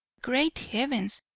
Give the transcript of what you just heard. great heavens,